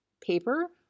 paper